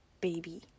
baby